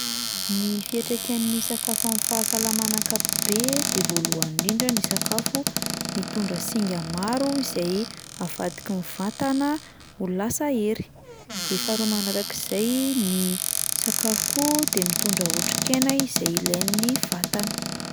Ny fiantraikan'ny sakafo amin'ny fahasalamana ankapobe de voalohany indrindra ny sakafo mitondra singa maro izay avadiky ny vatana ho lasa hery, de faharoa manarak'izay ny sakafo koa de mitondra otrikaina izay ilain'ny vatana.